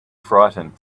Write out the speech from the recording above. frightened